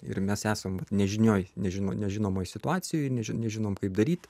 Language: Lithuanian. ir mes esam nežinioj nežino nežinomoj situacijoj neži nežinome kaip daryt